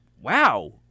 wow